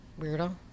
Weirdo